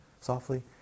softly